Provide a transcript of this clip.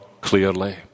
clearly